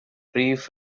brief